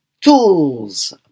Tools